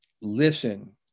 listen